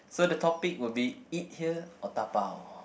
so the topic will be eat here or dabao